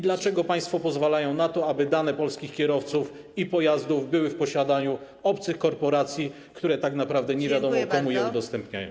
Dlaczego państwo pozwalają na to, aby dane polskich kierowców i pojazdów były w posiadaniu obcych korporacji, które tak naprawdę nie wiadomo komu je udostępniają?